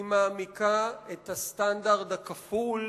היא מעמיקה את הסטנדרט הכפול,